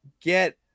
get